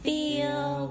Feel